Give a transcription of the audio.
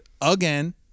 again